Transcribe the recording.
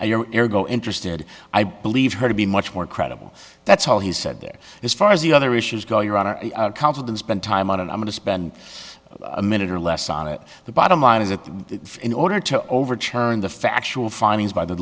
and you're go interested i believe her to be much more credible that's all he said there as far as the other issues go you are counted and spent time on and i'm going to spend a minute or less on it the bottom line is that in order to overturn the factual findings by the